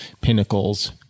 pinnacles